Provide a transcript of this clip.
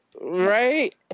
right